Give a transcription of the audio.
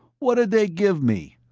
what'd they give me?